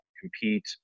compete